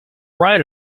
right